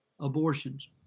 abortions